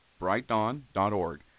brightdawn.org